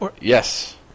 Yes